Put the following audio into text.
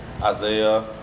Isaiah